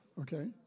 Okay